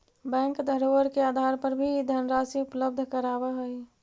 bank धरोहर के आधार पर भी धनराशि उपलब्ध करावऽ हइ